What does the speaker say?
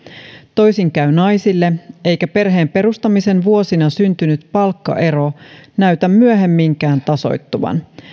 toisin käy naisille eikä perheen perustamisen vuosina syntynyt palkkaero näytä myöhemminkään tasoittuvan